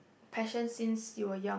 passion since you were young